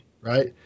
right